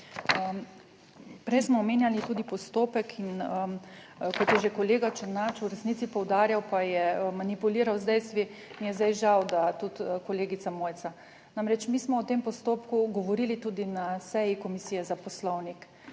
prej smo omenjali tudi postopek in kot je že kolega Černač v resnici poudarjal, pa je manipuliral z dejstvi, mi je zdaj žal, da tudi kolegica Mojca. Namreč, mi smo o tem postopku govorili tudi na seji Komisije za poslovnik